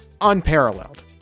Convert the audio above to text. unparalleled